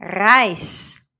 reis